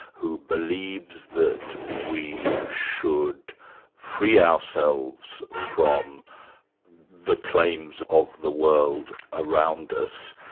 who believes that we should free ourselves from the claims of the world around us.